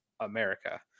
America